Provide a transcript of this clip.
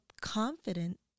confident